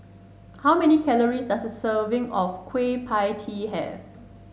how many calories does a serving of Kueh Pie Tee have